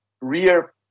rear